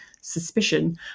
suspicion